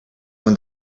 when